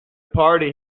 party